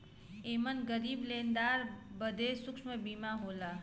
एमन गरीब लेनदार बदे सूक्ष्म बीमा होला